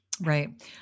Right